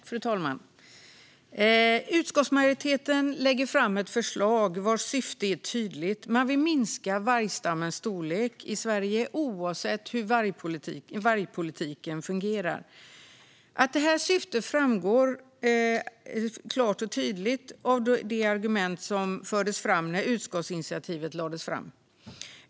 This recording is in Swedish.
Fru talman! Utskottsmajoriteten lägger fram ett förslag vars syfte är tydligt. Man vill minska vargstammens storlek i Sverige oavsett hur vargpolitiken fungerar. Att det här är syftet framgår klart och tydligt av de argument som fördes fram när utskottsinitiativet lades fram.